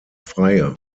freie